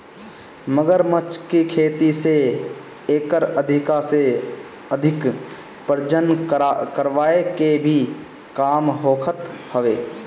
मगरमच्छ के खेती से एकर अधिका से अधिक प्रजनन करवाए के भी काम होखत हवे